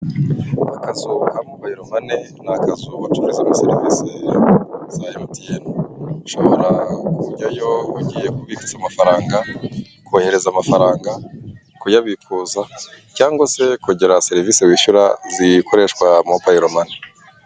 Aka kazu ni akazu bacururizamo serivisi za emutiyeni . Ushobora kujyayo ugiye kubitsa amafaranga, kohereza amafaranga, kuyabikuza cyangwa se kugura serivisi wishyura ziyikoreshwa mobayilomani.